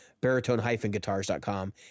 baritone-guitars.com